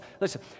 Listen